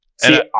See